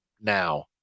now